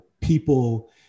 people